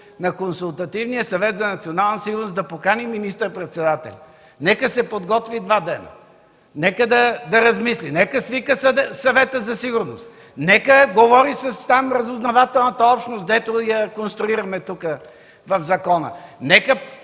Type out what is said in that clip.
на Консултативния съвет за национална сигурност, да покани министър-председателя – нека да се подготви два дни, нека да размисли, нека да свика Съвета за сигурност, нека говори с разузнавателната общност, дето я конструираме тук, в закона, нека